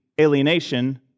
alienation